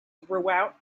throughout